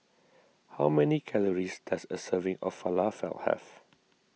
how many calories does a serving of Falafel have